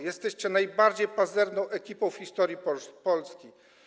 Jesteście najbardziej pazerną ekipą w historii Polski.